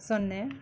ಸೊನ್ನೆ